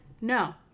No